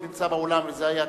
הוא נמצא באולם וזה היה קריאה,